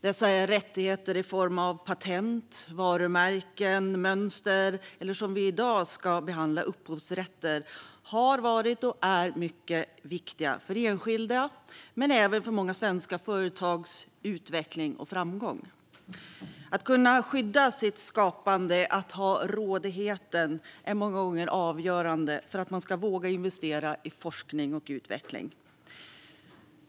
Dessa rättigheter i form av patent, varumärken, mönster och, som vi behandlar i dag, upphovsrätten har varit och är mycket viktiga för enskilda men även för många svenska företags utveckling och framgång. Att man kan skydda sitt skapande, att ha rådigheten, är många gånger avgörande för att man ska våga investera i forskning och utveckling.